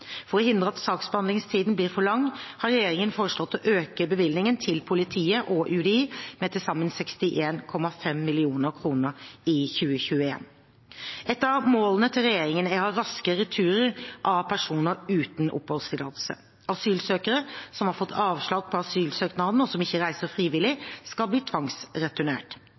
For å hindre at saksbehandlingstiden blir for lang, har regjeringen foreslått å øke bevilgningen til politiet og UDI med til sammen 61,5 mill. kr i 2021. Et av målene til regjeringen er å ha raske returer av personer uten oppholdstillatelse. Asylsøkere som har fått avslag på asylsøknaden, og som ikke reiser frivillig, skal bli tvangsreturnert.